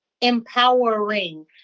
Empowering